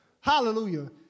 Hallelujah